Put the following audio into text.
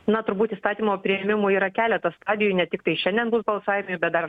na turbūt įstatymo priėmimui yra keletas stadijų ne tiktai šiandien bus balsavimai bet dar